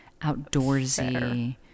outdoorsy